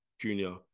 junior